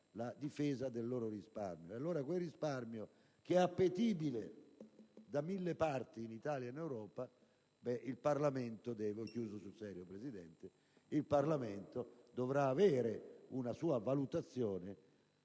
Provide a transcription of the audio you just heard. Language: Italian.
la difesa del loro risparmio. Sull'utilizzo di quel risparmio, che è appetibile da mille parti, in Italia ed in Europa, il Parlamento dovrà esprimere una sua valutazione,